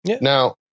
now